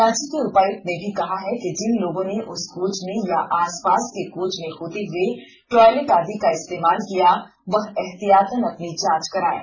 रांची के उपायुक्त ने भी कहा है कि जिन लोगों ने उस कोच में या आसपास के कोच में होते हुए टॉयलेट आदि का इस्तेमाल किया वह एहतियातन अपनी जांच कराएं